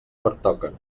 pertoquen